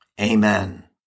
Amen